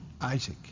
Isaac